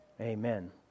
amen